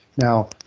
Now